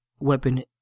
Weapon